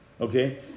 Okay